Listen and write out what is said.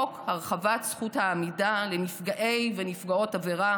חוק הרחבת זכות העמידה לנפגעי ונפגעות עבירה